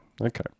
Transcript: Okay